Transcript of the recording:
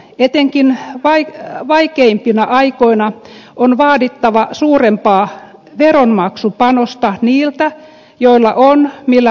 etenkin vaikeimpina aikoina on vaadittava suurempaa veronmaksupanosta niiltä joilla on millä maksaa